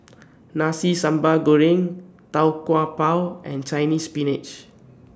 Nasi Sambal Goreng Tau Kwa Pau and Chinese Spinach